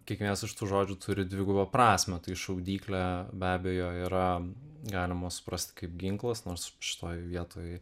kiekvienas iš tų žodžių turi dvigubą prasmę tai šaudyklė be abejo yra galima suprasti kaip ginklas nors šitoj vietoj